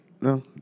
No